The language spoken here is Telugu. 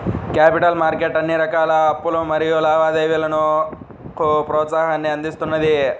క్యాపిటల్ మార్కెట్ అన్ని రకాల అప్పులు మరియు లావాదేవీలకు ప్రోత్సాహాన్ని అందిస్తున్నది